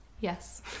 yes